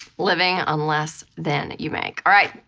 living on less than you make. all right,